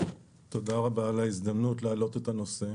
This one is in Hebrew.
תודה רבה על ההזדמנות להעלות את הנושא.